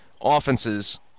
offenses